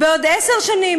בעוד עשר שנים,